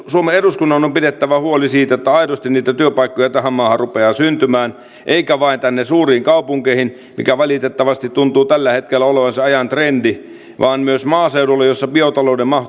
suomen eduskunnan on on pidettävä huoli siitä että aidosti niitä työpaikkoja tähän maahan rupeaa syntymään eikä vain tänne suuriin kaupunkeihin mikä valitettavasti tuntuu tällä hetkellä olevan se ajan trendi vaan myös maaseudulle jossa biotalouden